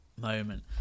moment